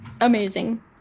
Amazing